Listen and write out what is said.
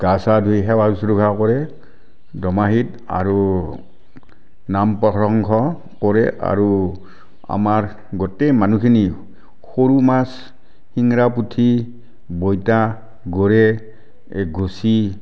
গা চা ধুই সেৱা শুশ্ৰূষা কৰে দুমাহীত আৰু নাম প্ৰসংগ কৰে আৰু আমাৰ গোটেই মানুহখিনি সৰু মাছ শিঙৰা পুঠি বটিয়া গৰৈ এই গুছি